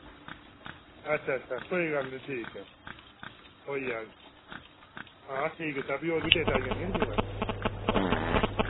अच्छा अच्छा कोई गल्ल नी ठीक ऐ होई जाह्ग हां ठीक कीता फ्ही होर बी डेटां आई जन्दियां नी केईं बारी